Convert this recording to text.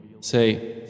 Say